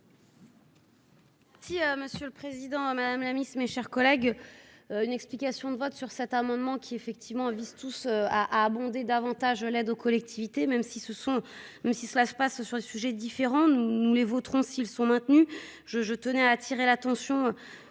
Si Monsieur le Président, madame la miss, mes chers collègues, une explication de vote sur cet amendement, qui effectivement vise tous a abondé davantage de l'aide aux collectivités, même si ce sont même si cela se passe sur des sujets différents, nous les voterons s'ils sont maintenus, je, je tenais à attirer l'attention